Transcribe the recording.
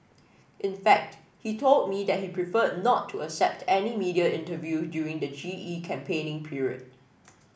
in fact he told me that he preferred not to accept any media interview during the G E campaigning period